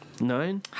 Nine